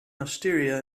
osteria